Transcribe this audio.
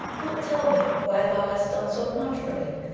wilt tell me why thou hast done so much for me,